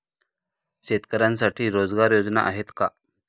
शेतकऱ्यांसाठी रोजगार योजना आहेत का?